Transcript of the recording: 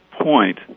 point